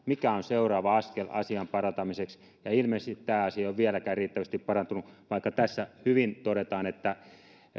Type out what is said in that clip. mikä on seuraava askel asian parantamiseksi ja ilmeisesti tämä asia ei ole vieläkään riittävästi parantunut vaikka tässä hyvin todetaan että